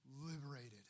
liberated